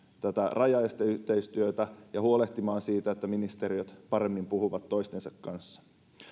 tätä rajaesteyhteistyötä ja huolehtimaan siitä että ministeriöt paremmin puhuvat toistensa kanssa